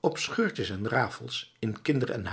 op scheurtjes en rafels in kinder en